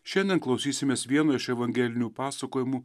šiandien klausysimės vieno iš evangelinių pasakojimų